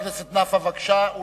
חבר הכנסת נפאע, בבקשה.